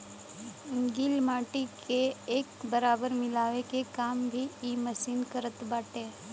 गिल माटी के एक बराबर मिलावे के काम भी इ मशीन करत बाटे